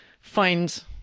find